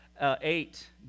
eight